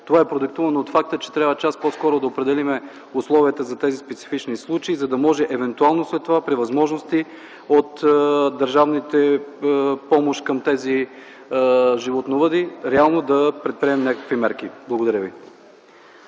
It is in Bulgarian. Това е продиктувано от факта, че трябва час по-скоро да определим условията за тези специфични случаи, за да може евентуално след това от държавните помощи към тези животновъди реално да предприемем някакви мерки. Благодаря ви.